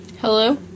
Hello